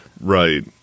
Right